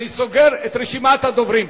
אני סוגר את רשימת הדוברים.